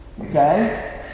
Okay